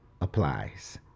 applies